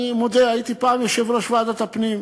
אני מודה, הייתי פעם יושב-ראש ועדת הפנים,